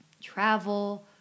travel